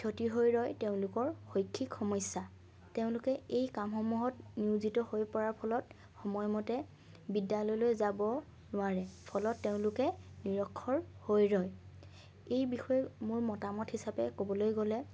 ক্ষতি হৈ ৰয় তেওঁলোকৰ শৈক্ষিক সমস্যা তেওঁলোকে এই কামসমূহত নিয়োজিত হৈ পৰাৰ ফলত সময়মতে বিদ্যালয়লৈ যাব নোৱাৰে ফলত তেওঁলোকে নিৰক্ষৰ হৈ ৰয় এই বিষয়ে মোৰ মতামত হিচাপে ক'বলৈ গ'লে